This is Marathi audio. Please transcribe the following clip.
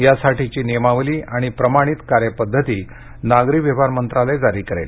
यासाठीची नियमावली आणि प्रमाणित कार्यपद्धती नागरी व्यवहार मंत्रालय जारी करेल